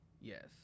Yes